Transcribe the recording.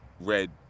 red